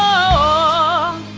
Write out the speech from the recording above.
oh